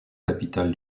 capitale